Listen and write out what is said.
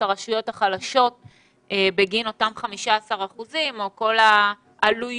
הרשויות החלשות בגין אותם 15 אחוזים או כל העלויות